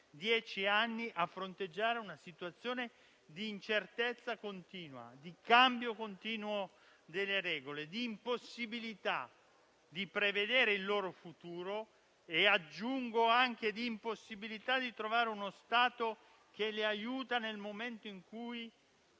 trovate a fronteggiare una situazione di incertezza costante, di cambio continuo delle regole e di impossibilità di prevedere il loro futuro e - aggiungo - anche di trovare uno Stato che le aiuti nel momento in cui